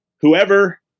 whoever